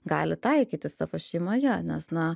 gali taikyti savo šeimoje nes na